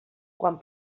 quan